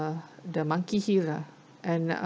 the monkey hill lah and uh